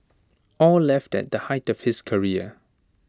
aw left at the height of his career